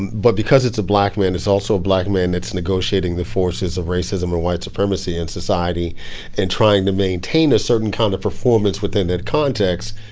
but because it's a black man, it's also a black man that's negotiating the forces forces of racism or white supremacy in society and trying to maintain a certain kind of performance within that context.